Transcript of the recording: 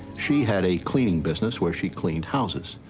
she had a cleaning business, where she cleaned houses.